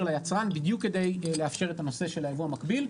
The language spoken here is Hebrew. ליצרן בדיוק כדי לאפשר את הנושא של היבוא המקביל,